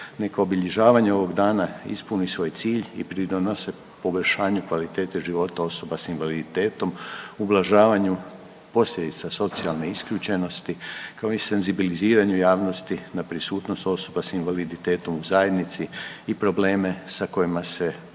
Neka obilježavanje ovog dana ispuni svoj cilj i pridonese poboljšanju kvalitete života osoba s invaliditetom, ublažavanju posljedica socijalne isključenosti, kao i senzibiliziranju javnosti na prisutnost osoba s invaliditetom u zajednici i probleme sa kojima se oni